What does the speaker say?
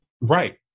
Right